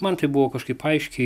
man tai buvo kažkaip aiškiai